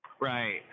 Right